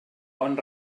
bon